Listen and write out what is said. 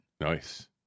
nice